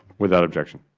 without objection.